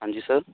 ਹਾਂਜੀ ਸਰ